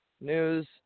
news